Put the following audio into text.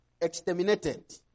exterminated